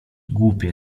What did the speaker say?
głupie